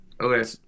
Okay